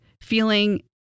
feeling